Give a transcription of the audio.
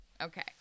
Okay